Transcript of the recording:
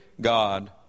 God